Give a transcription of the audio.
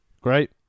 Great